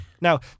Now